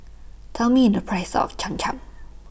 Tell Me The Price of Cham Cham